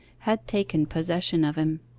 had taken possession of him.